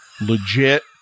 legit